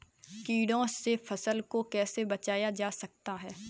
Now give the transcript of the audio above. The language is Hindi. कीटों से फसल को कैसे बचाया जा सकता है?